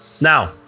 Now-